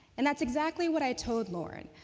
and that's exactly what i told lauren.